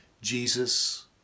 Jesus